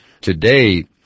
today